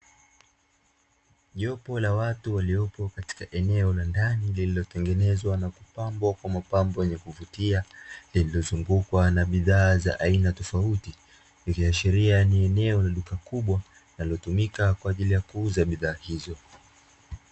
Jopo la watu waliopo katika eneo la ndani lililotengenezwa na kupambwa na mapambo yenye kuvutia lililozungukwa na bidhaa za aina tofauti, ikiashiria ni eneo la duka kubwa linalotumika kwa ajili ya kuuza bidhaa hizo.